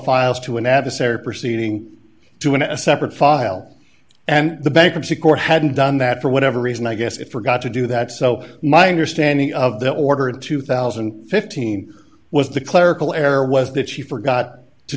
files to an adversary proceeding to in a separate file and the bankruptcy court had done that for whatever reason i guess it forgot to do that so my understanding of the order of two thousand and fifteen was the clerical error was that she forgot to